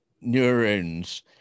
neurons